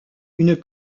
une